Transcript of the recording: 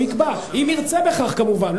הוא יקבע, אם ירצה בכך, כמובן.